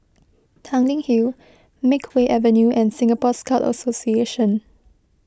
Tanglin Hill Makeway Avenue and Singapore Scout Association